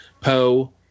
Poe